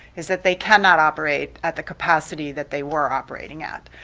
is that they cannot operate at the capacity that they were operating at.